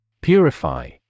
Purify